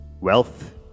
Wealth